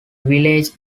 village